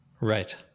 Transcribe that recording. Right